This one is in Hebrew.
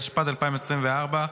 התשפ"ד 2024,